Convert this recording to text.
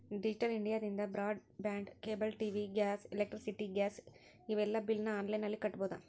digital ಇಂಡಿಯಾದಿಂದ broadband cable TV gas electricity gas ಇವೆಲ್ಲಾ ಬಿಲ್ನ ಆನ್ಲೈನ್ ನಲ್ಲಿ ಕಟ್ಟಬೊದು